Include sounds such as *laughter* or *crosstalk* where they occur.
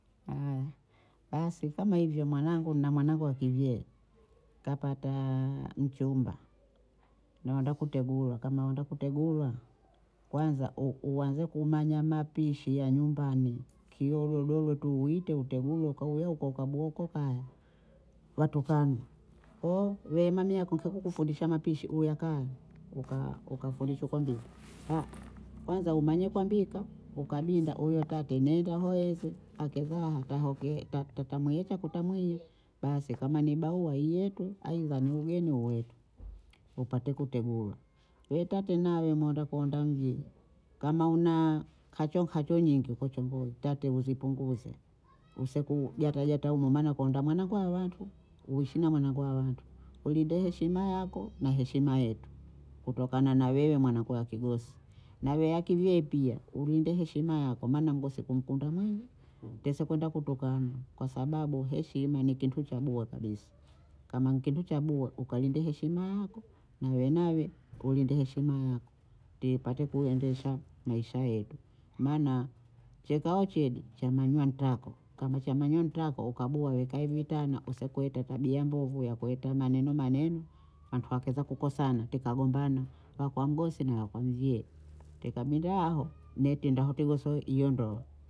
Haya, basi kama hivyo mwanangu, nina mwanangu wa kivyee *hesitation* kapataaa mchumba noenda kutegulwa kama wenda kutegulwa kwanza *hesitation* u- uanze kumanya mapishi ya nyumbani kio holodolo uite utegulwe ukaolewe huko ukabuha huko kaya, watukanwa ko mami yako kakifundisha mapishi huya kaya *hesitation* u- ukafundishwa kwambiwa *hesitation* kwanza umanye kwambika ukabinda uukate miindaho hese akevaha hatahoketa *hesitation* ta- tamweye takuta mweiye, basi kama ni barua iyetwe kama ni ugeni uyetwe upate kutegulwa we tate nawe umeenda kuhonda mvyee kama *hesitation* unakachokacho nyingi huko chongoyi tate uzipunguze use kugataja taumwe maana kuhonda mwana kwa watu uishi na mwanangu hawatu, ulinde heshima yako na heshima yetu kutokana na wewe mwana wa kigosi na wewe wa kivyee pia ulinde heshima yako maana mgosi kumkunda mwenye, utese kwenda kutukanwa kwa sababu heshima ni kintu cha bora kabisa, kama ni kitu cha bora ukalinde heshima yakwe na we nawe ulinde heshima yako tiipate kuendesha Maisha yetu maana cheka wa chedi cha manyua ntako kama cha manyua ntako ukabohe nkae vitana use kuleta tabia mbovu ya kuyeta maneno maneno wantu wakeza kukosana tikagombana wakwa mgosi na wa kwamvyee tikabinda aho mie tenda aho tigosoe hiyo ndoa